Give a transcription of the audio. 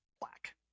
black